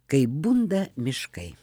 kaip bunda miškai